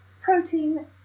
protein